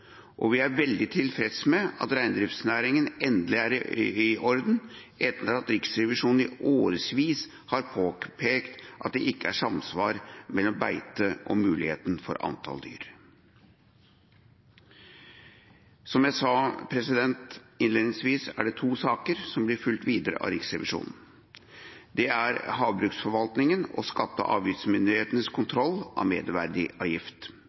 Vi er også veldig tilfredse med at reindriftsordningen endelig er i orden etter at Riksrevisjonen i årevis har påpekt at det ikke er samsvar mellom beitemuligheter og antall dyr. Som jeg sa innledningsvis, er det to saker som vil bli fulgt videre av Riksrevisjonen. Det er havbruksforvaltningen og skatte- og avgiftsmyndighetenes kontroll av